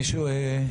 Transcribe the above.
מישהו?